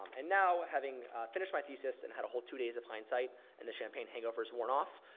and now ah having finished my thesis and had a whole two days of hindsight and the champagne hangover has worn off,